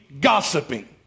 gossiping